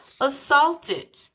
assaulted